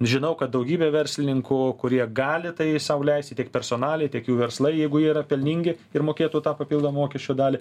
žinau kad daugybė verslininkų kurie gali tai sau leisti tiek personaliai tiek jų verslai jeigu yra pelningi ir mokėtų tą papildomą mokesčių dalį